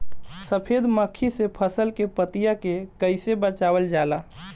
सफेद मक्खी से फसल के पतिया के कइसे बचावल जाला?